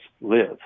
live